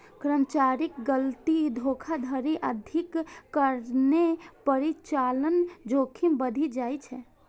कर्मचारीक गलती, धोखाधड़ी आदिक कारणें परिचालन जोखिम बढ़ि जाइ छै